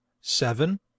seven